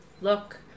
look